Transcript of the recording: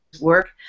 work